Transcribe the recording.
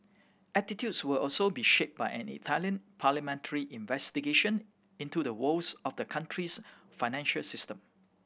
attitudes will also be shaped by an Italian parliamentary investigation into the woes of the country's financial system